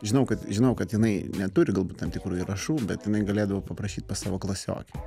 žinau kad žinau kad jinai neturi galbūt tam tikrų įrašų bet jinai galėdavo paprašyt savo klasiokių